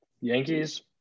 Yankees